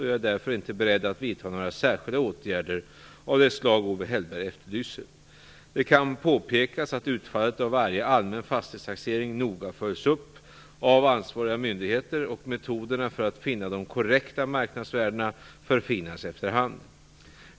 Jag är därför inte beredd att vidta några särskilda åtgärder av det slag som Owe Hellberg efterlyser. Det kan påpekas att utfallet av varje allmän fastighetstaxering noga följs upp av ansvariga myndigheter och att metoderna för att finna de korrekta marknadsvärdena förfinas efter hand.